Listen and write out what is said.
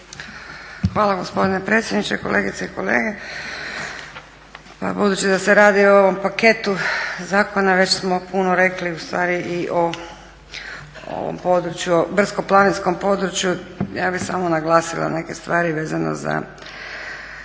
Hvala gospodine predsjedniče. Kolegice i kolege. Pa budući da se radi o paketu zakona već smo puno rekli i o ovom području brdsko-planinskom području, ja bih samo naglasila neke stvari vezano za